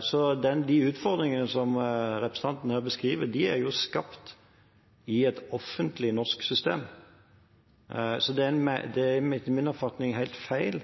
Så de utfordringene som representanten her beskriver, er skapt i et offentlig norsk system. Det er etter min oppfatning helt feil